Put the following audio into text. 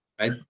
right